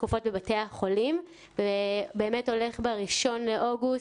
שקופות בבתי החולים ובאמת ב-1 באוגוסט,